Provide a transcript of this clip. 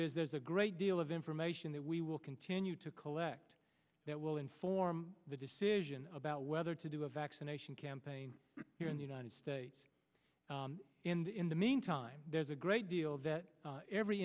is there's a great deal of information that we will continue to collect that will inform the decision about whether to do a vaccination campaign here in the united states in the in the meantime there's a great deal that every